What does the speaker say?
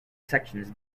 sections